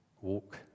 Walk